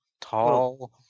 tall